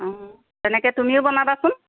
তেনেকৈ তুমিও বনাবাচোন